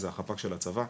זה החפ"ק של הצבא.